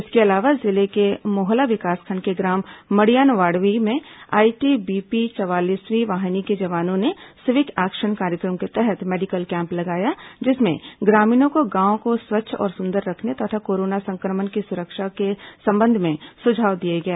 इसके अलावा जिले के मोहला विकासखंड के ग्राम मडियानवाडवी में आईटीबीपी चवालीसवीं वाहिनी के जवानों ने सिविक एक्शन कार्यक्रम के तहत मेडिकल कैम्प लगाया जिसमें ग्रामीणों को गांव को स्वच्छ और सुंदर रखने तथा कोरोना संक्रमण की सुरक्षा के संबंध में सुझाव दिए गए